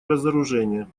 разоружение